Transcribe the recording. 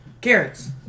Carrots